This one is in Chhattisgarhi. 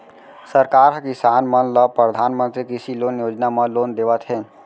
सरकार ह किसान मन ल परधानमंतरी कृषि लोन योजना म लोन देवत हे